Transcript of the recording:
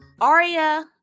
Aria